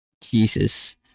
Jesus